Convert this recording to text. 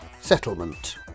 settlement